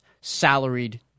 salaried